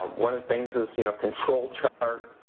one of the things is you know control chart